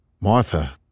Martha